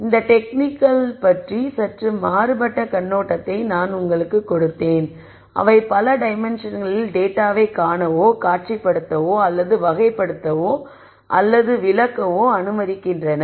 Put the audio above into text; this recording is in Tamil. எனவே இந்த டெக்னிக்கள் பற்றி சற்று மாறுபட்ட கண்ணோட்டத்தை நான் உங்களுக்குக் கொடுத்தேன் அவை பல டைமென்ஷன்களில டேட்டாவை காணவோ காட்சிப்படுத்தவோ அல்லது வகைப்படுத்தவோ அல்லது விளக்கவோ அனுமதிக்கின்றன